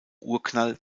urknall